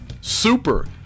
Super